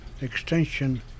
extension